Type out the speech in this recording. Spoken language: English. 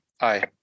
Aye